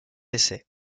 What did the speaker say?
essais